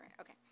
Okay